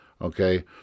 okay